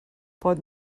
pot